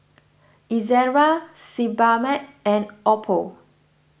Ezerra Sebamed and Oppo